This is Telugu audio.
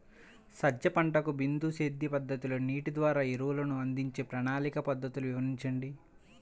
సజ్జ పంటకు బిందు సేద్య పద్ధతిలో నీటి ద్వారా ఎరువులను అందించే ప్రణాళిక పద్ధతులు వివరించండి?